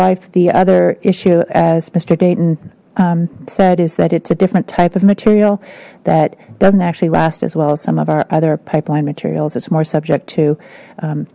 life the other issue as mister dayton said is that it's a different type of material that doesn't actually last as well as some of our other pipeline materials it's more subject to